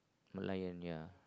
Merlion ya